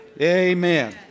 amen